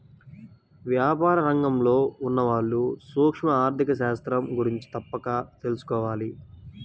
వ్యాపార రంగంలో ఉన్నవాళ్ళు సూక్ష్మ ఆర్ధిక శాస్త్రం గురించి తప్పక తెలుసుకోవాలి